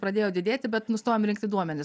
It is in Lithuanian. pradėjo didėti bet nustojom rinkti duomenis